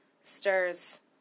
stirs